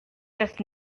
just